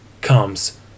comes